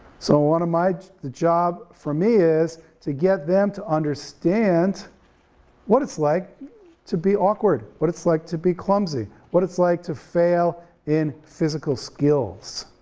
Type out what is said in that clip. so one of my job, for me is, to get them to understand what it's like to be awkward, what it's like to be clumsy, what it's like to fail in physical skills.